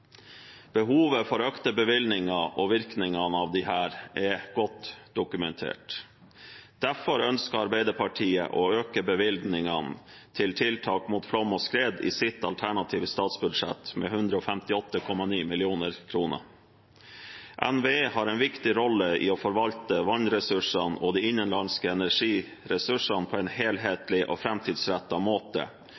Behovet for økte bevilgninger og virkningene av disse er godt dokumentert. Derfor ønsket Arbeiderpartiet å øke bevilgningene til tiltak mot flom og skred i sitt alternative statsbudsjett med 158,9 mill. kr. NVE har en viktig rolle i å forvalte vannressursene og de innenlandske energiressursene på en